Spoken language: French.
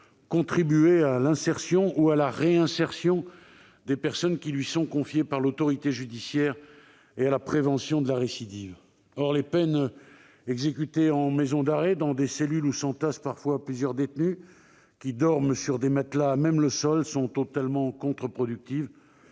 contribuer à l'insertion ou à la réinsertion des personnes qui lui sont confiées par l'autorité judiciaire et à la prévention de la récidive. Or les peines exécutées en maison d'arrêt dans des cellules où s'entassent parfois plusieurs détenus, lesquels dorment sur des matelas à même le sol, sont totalement contre-productives.